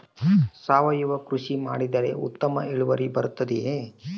ಸಾವಯುವ ಕೃಷಿ ಮಾಡಿದರೆ ಉತ್ತಮ ಇಳುವರಿ ಬರುತ್ತದೆಯೇ?